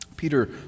Peter